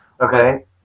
Okay